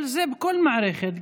אבל זה בכל מערכת.